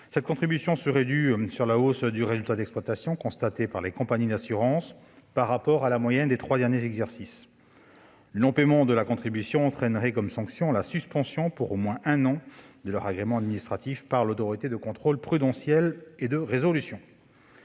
Cette contribution serait due sur la hausse du résultat d'exploitation constatée par les compagnies d'assurances par rapport à la moyenne des trois derniers exercices. Le non-paiement de la contribution entraînerait comme sanction la suspension pour au moins un an de leur agrément administratif par l'Autorité de contrôle prudentiel et de résolution.